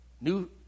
new